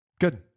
Good